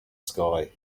sky